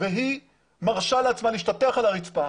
והיא מרשה לעצמה להשתטח על הרצפה